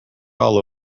all